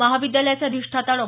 महाविद्यालयाचे अधिष्ठाता डॉ